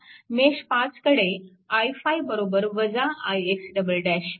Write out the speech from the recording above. mesh 5 कडे i5 ix मिळते